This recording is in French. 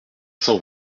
cent